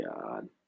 God